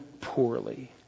poorly